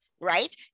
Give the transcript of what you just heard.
Right